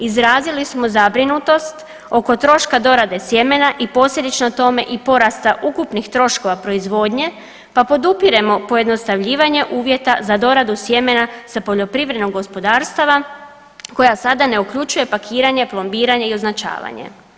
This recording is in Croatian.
Izrazili smo zabrinutost oko troška dorade sjemena i posljedično tome i porasta ukupnih troškova proizvodnje, pa podupiremo pojednostavljivanje uvjeta za doradu sjemena sa poljoprivrednih gospodarstava koja sada ne uključuje pakiranje, plombiranje i označavanje.